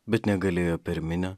bet negalėjo per minią